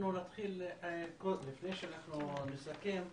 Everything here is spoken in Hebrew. לפני שאנחנו נסכם,